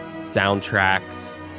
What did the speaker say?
soundtracks